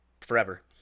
forever